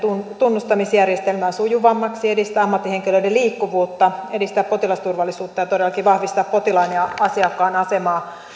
tunnustamisjärjestelmää sujuvammaksi edistää ammattihenkilöiden liikkuvuutta edistää potilasturvallisuutta ja todellakin vahvistaa potilaan ja ja asiakkaan asemaa